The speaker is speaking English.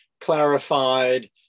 clarified